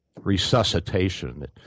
resuscitation